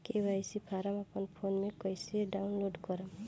KYC form अपना phone मे कइसे डाऊनलोड करेम?